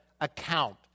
account